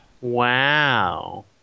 Wow